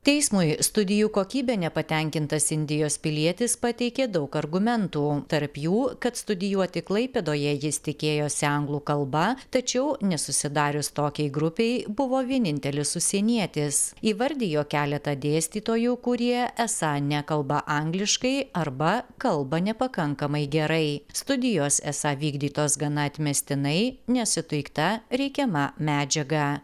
teismui studijų kokybe nepatenkintas indijos pilietis pateikė daug argumentų tarp jų kad studijuoti klaipėdoje jis tikėjosi anglų kalba tačiau nesusidarius tokiai grupei buvo vienintelis užsienietis įvardijo keletą dėstytojų kurie esą nekalba angliškai arba kalba nepakankamai gerai studijos esą vykdytos gana atmestinai nesuteikta reikiama medžiaga